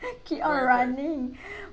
keep on running